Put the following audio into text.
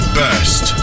best